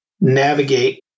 navigate